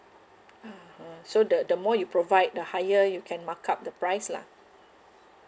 (uh huh) so the the more you provide the higher you can mark up the price lah